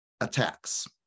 attacks